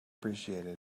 appreciated